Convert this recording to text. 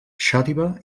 xàtiva